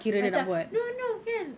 macam no no can